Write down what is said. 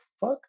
fuck